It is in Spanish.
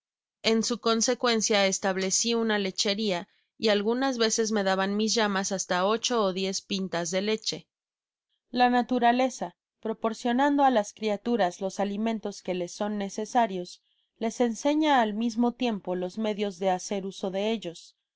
en su consecuencia estableci una lecheria y algunas veces me daban mis llamas hasta ocho ó diez pintas de leche la naturaleza proporcionando á las criaturas los alimentos que les son necesarios les enseña al mismo tiempo los medios de hacer uso de ellos